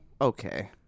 okay